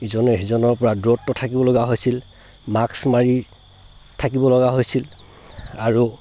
ইজনে সিজনৰ পৰা দূৰত্ৱত থাকিবলগা হৈছিল মাক্স মাৰি থাকিবলগা হৈছিল আৰু